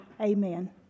Amen